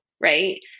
Right